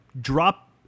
drop